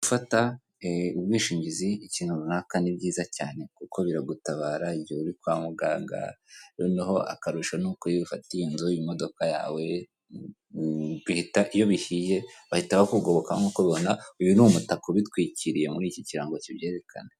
Gufata ubwishingizi ikintu runaka ni byiza cyane kuko biragutabara igihe uri kwa muganga, noneho akarusho nuko iyo uyifatiye inzu, imodoka yawe, iyo bihiye bahita bakugoboka nk'uko ubibona, uyu ni umutaka ubitwikiriye muri iki kirango kibyerekana.